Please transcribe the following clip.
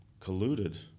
colluded